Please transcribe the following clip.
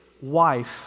wife